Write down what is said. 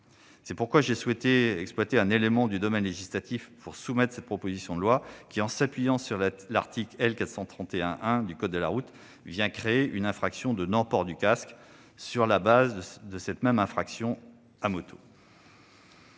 C'est pourquoi j'ai souhaité exploiter un élément du domaine législatif pour présenter cette proposition de loi. Elle s'appuie sur l'article R. 431-1 du code de la route pour créer une infraction de non-port du casque, sur la base de la même infraction à moto.